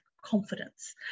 confidence